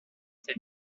cet